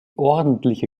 ordentliche